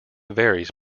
varies